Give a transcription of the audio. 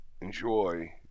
enjoy